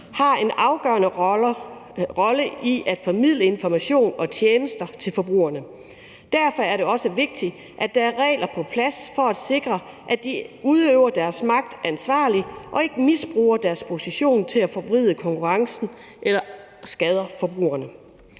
har en afgørende rolle i at formidle information og tjenester til forbrugerne. Derfor er det også vigtigt, at der er regler på plads for at sikre, at de udøver deres magt ansvarligt og ikke misbruger deres position til at forvride konkurrencen eller skader forbrugerne.